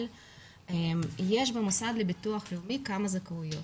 אבל יש במוסד לביטוח לאומי כמה זכאויות,